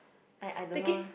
I I don't know eh